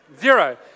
Zero